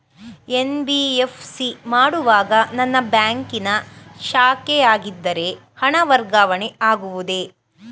NBFC ಮಾಡುವಾಗ ನನ್ನ ಬ್ಯಾಂಕಿನ ಶಾಖೆಯಾಗಿದ್ದರೆ ಹಣ ವರ್ಗಾವಣೆ ಆಗುವುದೇ?